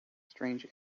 strange